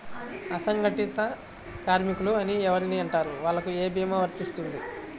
అసంగటిత కార్మికులు అని ఎవరిని అంటారు? వాళ్లకు ఏ భీమా వర్తించుతుంది?